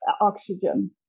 oxygen